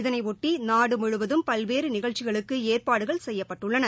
இதனைபொட்டி நாடு முழுவதும் பல்வேறு நிகழ்ச்சிகளுக்கு ஏற்பாடுகள் செய்யப்பட்டுள்ளன